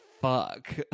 Fuck